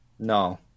No